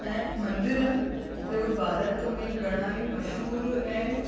ऐं मंदर जो भारत में घणा ई मशहूर ऐं